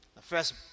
first